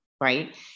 right